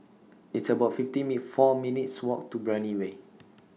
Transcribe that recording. It's about fifty four minutes' Walk to Brani Way